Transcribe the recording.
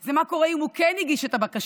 זה מה קורה אם הוא כן הגיש את הבקשה